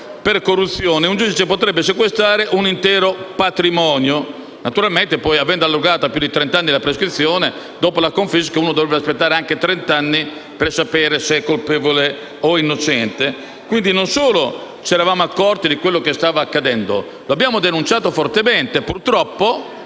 «per corruzione e un giudice potrebbe sequestrare un intero patrimonio» e naturalmente, avendo esteso a più di trent'anni la prescrizione, dopo la confisca si dovranno aspettare anche trent'anni per sapere se si è colpevoli o innocenti. Pertanto, non solo ci eravamo accorti di quello che stava accadendo, ma l'abbiamo denunciato fortemente, purtroppo